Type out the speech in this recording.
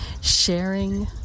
sharing